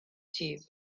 chief